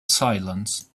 silence